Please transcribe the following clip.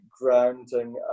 grounding